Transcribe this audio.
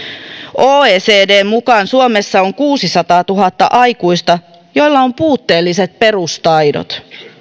oecdn mukaan suomessa on kuusisataatuhatta aikuista joilla on puutteelliset perustaidot